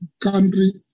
country